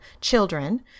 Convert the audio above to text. children